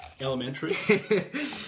Elementary